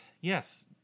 yes